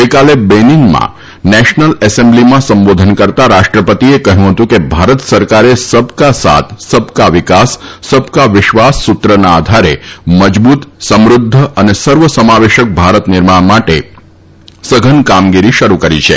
ગઇકાલે બેનીનમાં નેશનલ એસેખ્બ્લીમાં સંબોધન કરતા રાષ્ટ્રપતિએ કહ્યું હતું કે ભારત સરકારે સબકા સાથ સબકા વિકાસ સબકા વિશ્વાસ સૂત્રના આધારે મજબૂત સમૃદ્ધ અને સર્વસમાવેશક ભારત નિર્માણ માટે સધન કામગીરી શરૂ કરી છે